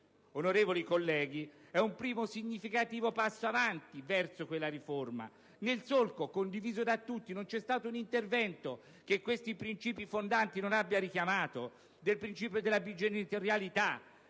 onorevoli colleghi) è un primo significativo passo avanti verso quella riforma nel solco condiviso da tutti (non c'è stato un intervento che questi principi fondanti non abbia richiamato) del principio della bigenitorialità,